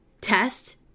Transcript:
test